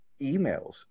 emails